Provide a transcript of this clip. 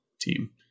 team